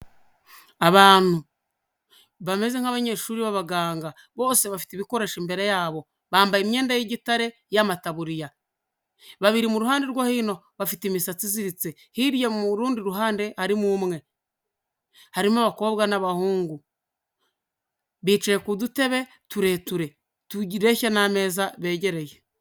Abantu, bameze nk'abanyeshuri b'abaganga, bose bafite ibikoresho imbere yabo, bambaye imyenda y'igitare y'amataburiya, babiri mu ruhande rwa hino bafite imisatsi iziritse, hirya mu rundi ruhande harimo umwe, harimo abakobwa n'abahungu, bicaye ku dutebe tureture tureshya n'ameza begereye.